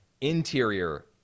Interior